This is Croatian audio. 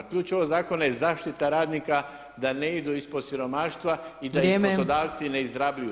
Ključ ovog zakona je zaštita radnika da ne idu ispod siromaštva i da ih poslodavci ne izrabljuju.